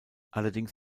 allerdings